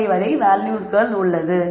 45 வரை உள்ளது